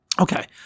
Okay